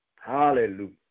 hallelujah